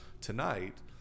tonight